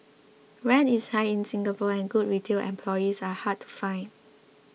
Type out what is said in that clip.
rent is high in Singapore and good retail employees are hard to find